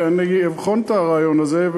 ואני אבחן את הרעיון הזה,